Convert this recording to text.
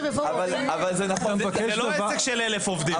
זה לא עסק של אלפי עובדים.